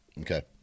Okay